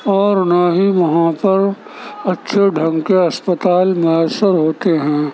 اور نہ ہی وہاں پر اچھے ڈھنگ کے اسپتال میسر ہوتے ہیں